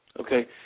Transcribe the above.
Okay